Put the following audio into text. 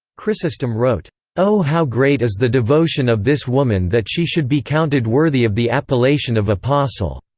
chrysostom wrote o how great is the devotion of this woman that she should be counted worthy of the appellation of apostle!